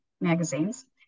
magazines